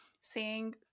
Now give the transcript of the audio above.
seeing